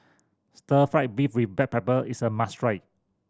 Stir Fry beef with black pepper is a must try